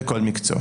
זה כל מקצוע.